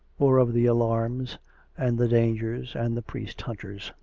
or of the alarms and the dangers and the priest hunters,